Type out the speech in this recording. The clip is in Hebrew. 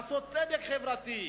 לעשות צדק חברתי,